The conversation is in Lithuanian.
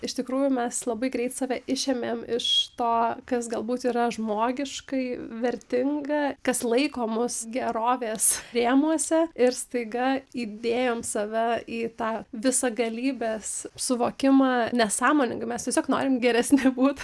iš tikrųjų mes labai greit save išėmėm iš to kas galbūt yra žmogiškai vertinga kas laiko mus gerovės rėmuose ir staiga įdėjom save į tą visagalybės suvokimą nesąmoningai mes tiesiog norim geresni būt